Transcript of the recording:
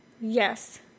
yes